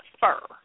fur